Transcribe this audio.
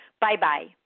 Bye-bye